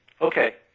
Okay